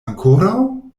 ankoraŭ